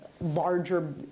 larger